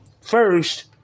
first